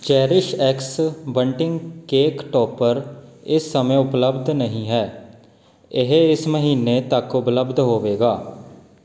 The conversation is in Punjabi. ਚੇਰੀਸ਼ਐਕਸ ਬੰਟਿੰਗ ਕੇਕ ਟੌਪਰ ਇਸ ਸਮੇਂ ਉਪਲਬਧ ਨਹੀਂ ਹੈ ਇਹ ਇਸ ਮਹੀਨੇ ਤੱਕ ਉਪਲਬਧ ਹੋਵੇਗਾ